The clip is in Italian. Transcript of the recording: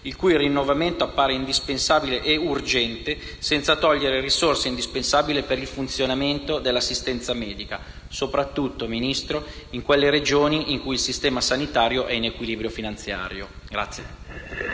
il cui rinnovamento appare indispensabile e urgente, senza togliere risorse indispensabili per il funzionamento dell'assistenza medica, soprattutto in quelle Regioni in cui il sistema sanitario è in equilibrio finanziario.